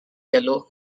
yellow